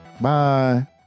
Bye